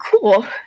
cool